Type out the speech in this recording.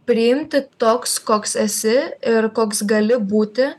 priimti toks koks esi ir koks gali būti